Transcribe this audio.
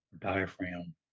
Diaphragm